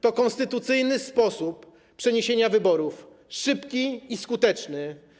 To konstytucyjny sposób przeniesienia wyborów, szybki i skuteczny.